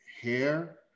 hair